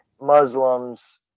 Muslims